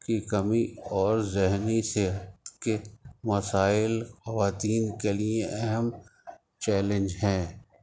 کی کمی اور ذہنی صحت کے مسائل خواتین کے لیے اہم چیلنج ہیں